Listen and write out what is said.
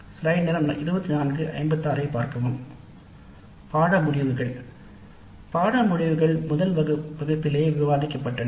பாடநெறி முடிவுகள் பாடநெறி முடிவுகள் முதல் வகுப்பிலேயே விவாதிக்கப்பட்டன